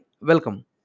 welcome